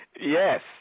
yes